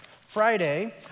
Friday